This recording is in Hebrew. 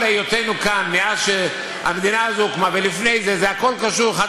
כל היותנו כאן, מאז הוקמה המדינה שלנו ולפני זה,